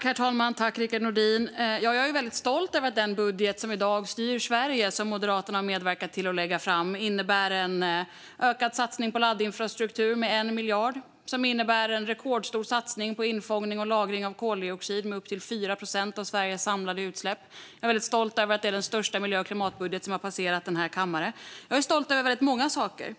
Herr talman! Jag är väldigt stolt över att den budget som i dag styr Sverige och som Moderaterna har medverkat till att lägga fram innebär en ökad satsning på laddinfrastruktur med 1 miljard och en rekordstor satsning på infångning och lagring av koldioxid - det handlar om upp till 4 procent av Sveriges samlade utsläpp. Jag är väldigt stolt över att det är den största miljö och klimatbudget som har passerat den här kammaren. Jag är stolt över rätt många saker.